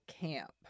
Camp